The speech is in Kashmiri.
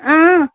اۭں